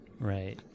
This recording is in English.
Right